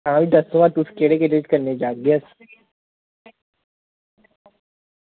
आं जगतें दा केह्दे केह्दे कन्नै अस जाह्गे